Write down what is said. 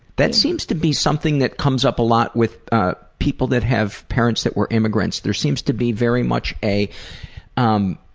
that seems to be something that comes up a lot with ah people that have parents who were immigrants. there seems to be very much a um